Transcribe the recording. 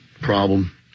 problem